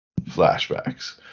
Flashbacks